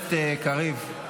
הכנסת קריב.